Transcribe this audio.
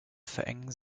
verengen